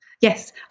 Yes